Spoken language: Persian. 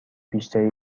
بیشتری